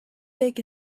big